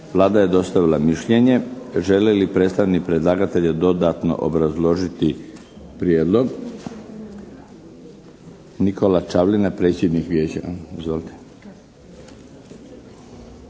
Vlada je dostavila mišljenje. Želi li predstavnik predlagatelja dodatno obrazložiti prijedlog? Nikola Čavlina, predsjednik Vijeća.